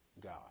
God